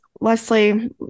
Leslie